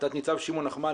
תת ניצב שמעון נחמני,